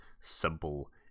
simple